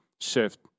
shift